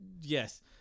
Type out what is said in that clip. Yes